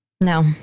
no